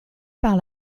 par